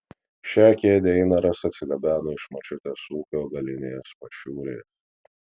šią kėdę einaras atsigabeno iš močiutės ūkio galinės pašiūrės